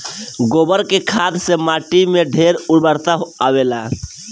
गोबर के खाद से माटी में ढेर उर्वरता आवेला